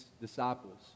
disciples